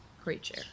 creature